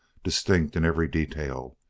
distinct in every detail,